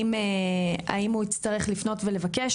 האם הוא יצטרך לפנות ולבקש,